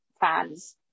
fans